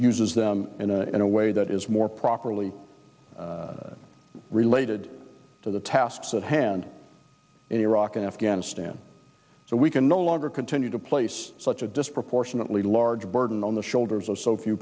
uses them in a way that is more properly related to the tasks at hand in iraq and afghanistan so we can no longer continue to place such a disproportionately large burden on the shoulders of so few